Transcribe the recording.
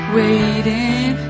waiting